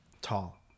Tall